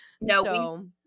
No